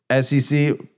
SEC